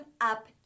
up